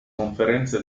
conferenze